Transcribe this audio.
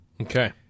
Okay